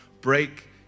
break